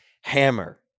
hammer